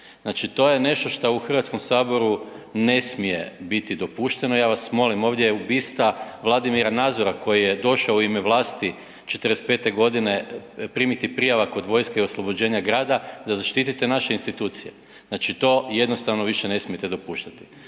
Znači, to je nešto šta u HS ne smije biti dopušteno. Ja vas molim ovdje je bista Vladimira Nazora koji je došao u ime vlasti '45.g. primiti prijava kod vojske i oslobođenja grada da zaštitite naše institucije. Znači, to jednostavno više ne smijete dopuštati.